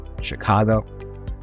Chicago